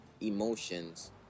emotions